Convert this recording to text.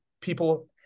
people